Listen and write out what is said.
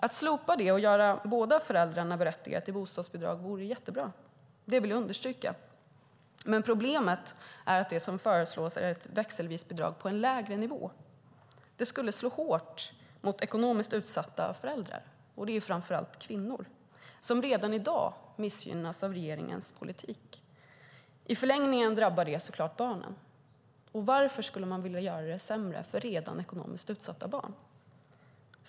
Att slopa det och göra båda föräldrarna berättigade till bostadsbidrag vore jättebra; det vill jag understryka. Problemet är att det som föreslås är ett växelvisbidrag på en lägre nivå. Det skulle slå hårt mot ekonomiskt utsatta föräldrar. Det är framför allt kvinnor, som redan i dag missgynnas av regeringens politik. I förlängningen drabbar det så klart barnen. Varför skulle man vilja göra det sämre för redan ekonomiskt utsatta?